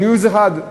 ב-News1,